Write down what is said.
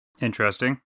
Interesting